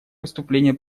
выступление